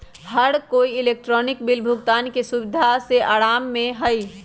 हर कोई electronic bill भुगतान के सुविधा से आराम में हई